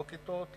לא כיתות,